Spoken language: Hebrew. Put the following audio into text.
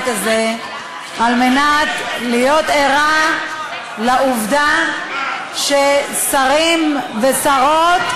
הזה כדי להיות ערה לעובדה ששרים ושרות,